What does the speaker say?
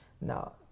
Now